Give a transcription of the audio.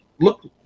look